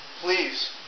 Please